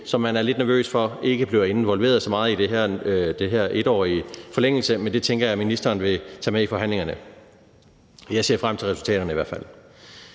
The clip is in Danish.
som man er lidt nervøs for ikke bliver involveret så meget i den her 1-årige forlængelse. Men det tænker jeg ministeren vil tage med i forhandlingerne. Jeg ser i hvert fald